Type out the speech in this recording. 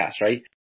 right